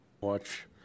watch